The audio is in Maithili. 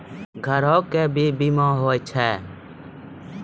क्या घरों का भी बीमा होता हैं?